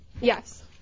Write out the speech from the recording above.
Yes